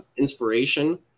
Inspiration